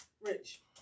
Rich